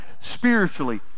spiritually